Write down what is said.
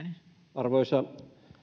arvoisa